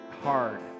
hard